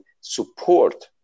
support